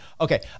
okay